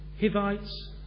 Hivites